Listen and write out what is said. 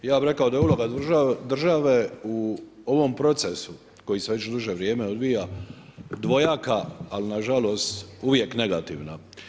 Ja bi rekao da je uloga države u ovom procesu koji se već duže vrijeme odvija, dvojaka ali nažalost, uvijek negativna.